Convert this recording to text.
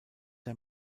der